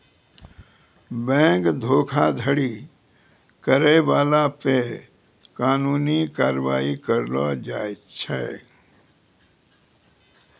bank धोखाधड़ी करै बाला पे कानूनी कारबाइ करलो जाय छै